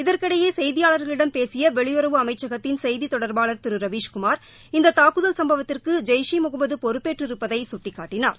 இதற்கிடையே செய்தியாளர்களிடம் பேசிய வெளியுறவு அமைச்சகத்தின் செய்தி தொடர்பாளர் திரு ரவிஸ்குமார் இந்த தாக்குதல் சம்பவத்திற்கு ஜெப்ஸே முகமது பொறுப்பேற்றிருப்பதை கட்டிக்காட்டினார்